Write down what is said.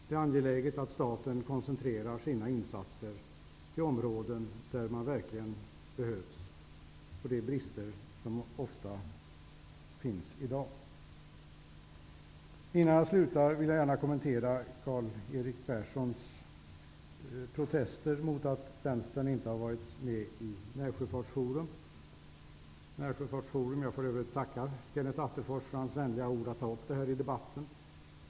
Det är angeläget att staten koncentrerar sina insatser till de områden där de verkligen behövs -- där brister det ofta i dag. Innan jag slutar vill jag gärna kommentera Karl Erik Perssons protester mot att Vänstern inte har varit med i Närsjöfartsforum. Jag får för övrigt tacka Kenneth Attefors för hans vänliga ord om Närsjöfartsforum här i debatten.